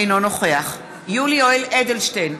אינו נוכח יולי יואל אדלשטיין,